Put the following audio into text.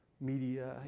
media